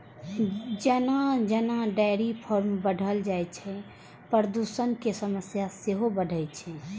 जेना जेना dairy farm बढ़ल जाइ छै, प्रदूषणक समस्या सेहो बढ़ै छै